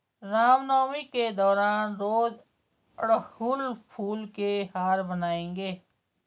रामनवमी के दौरान रोज अड़हुल फूल के हार बनाएंगे